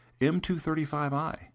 M235i